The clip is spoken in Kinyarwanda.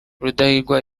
rudahigwa